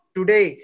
Today